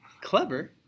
clever